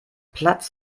platz